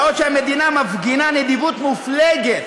בעוד שהמדינה מפגינה נדיבות מופלגת,